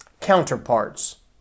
counterparts